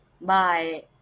Bye